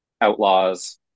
outlaws